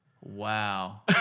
Wow